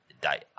die